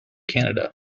canada